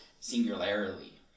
singularly